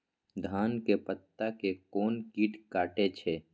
धान के पत्ता के कोन कीट कटे छे?